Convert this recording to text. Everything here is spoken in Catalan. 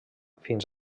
fins